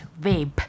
vape